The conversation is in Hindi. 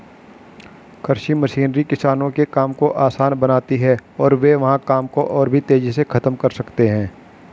कृषि मशीनरी किसानों के काम को आसान बनाती है और वे वहां काम को और भी तेजी से खत्म कर सकते हैं